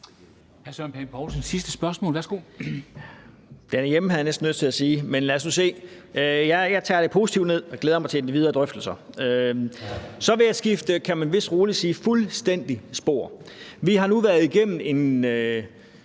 Søren Pape Poulsen (KF): Den er hjemme, havde jeg næsten lyst til at sige. Men lad os nu se. Jeg tager det positivt ned og glæder mig til de videre drøftelser. Så vil jeg skifte fuldstændig spor, kan man vist roligt sige. Vi har nu været igennem en